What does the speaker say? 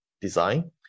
design